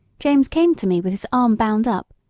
james came to me with his arm bound up,